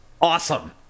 awesome